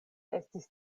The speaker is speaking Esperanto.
estis